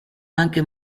anche